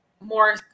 more